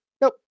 Nope